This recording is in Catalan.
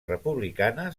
republicana